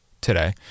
today